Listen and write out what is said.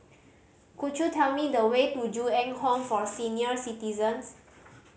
could you tell me the way to Ju Eng Home for Senior Citizens